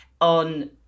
on